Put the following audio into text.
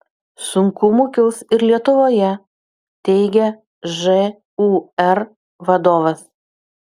sunkumų kils ir lietuvoje teigia žūr vadovas